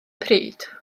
pryd